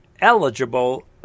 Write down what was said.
eligible